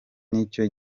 nicyo